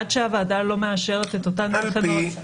עד שהוועדה לא מאשרת את אותן תקנות הן לא יצאו לפועל.